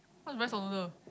why is it rice or noodle